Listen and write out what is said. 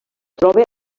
troba